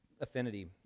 Affinity